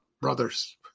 Brothers